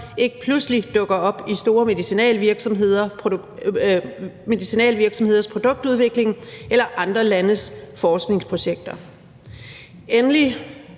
ikke pludselig dukker op i store medicinalvirksomheders produktudvikling eller i andre landes forskningsprojekter. Endelig